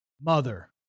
mother